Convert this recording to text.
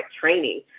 training